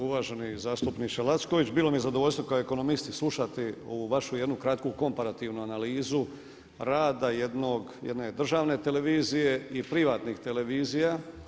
Uvaženi zastupniče Lacković, bilo mi je zadovoljstvo kao ekonomist slušati ovu vašu jednu kratku komparativnu analizu rada jedne državne televizije i privatnih televizija.